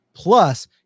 Plus